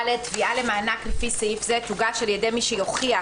(ד)תביעה למענק לפי סעיף זה תוגש על ידי מי שיוכיח